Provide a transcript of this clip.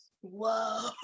whoa